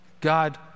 God